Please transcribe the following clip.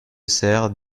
serres